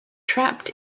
trapped